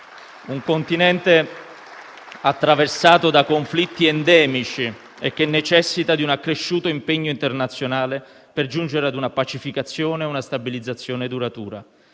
continente è attraversato da conflitti endemici e necessita di un accresciuto impegno internazionale per giungere a una pacificazione e a una stabilizzazione duratura,